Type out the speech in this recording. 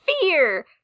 fear